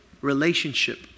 relationship